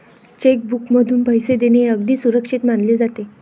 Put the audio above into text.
check बुकमधून पैसे देणे हे अगदी सुरक्षित मानले जाते